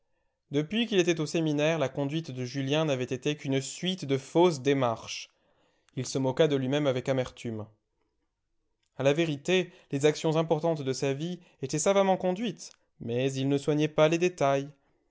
depuis qu'il était au séminaire la conduite de julien n'avait été qu'une suite de fausses démarches il se moqua de lui-même avec amertume a la vérité les actions importantes de sa vie étaient savamment conduites mais il ne soignait pas les détails